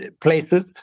places